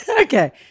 Okay